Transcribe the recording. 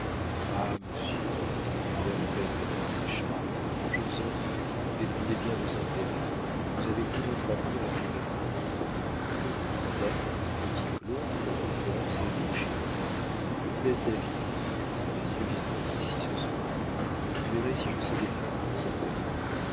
ah monsieur s'écria la belle madame séchard je vous en prie défendez bien nos intérêts vous avez tout notre avenir entre les mains voulez-vous madame dit petit claud que la conférence ait lieu chez vous je vous laisse david ces messieurs viendront ici ce soir et vous verrez si je sais défendre vos intérêts